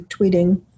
tweeting